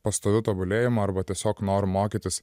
pastoviu tobulėjimu arba tiesiog noru mokytis